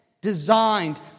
designed